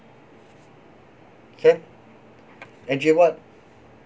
K angie what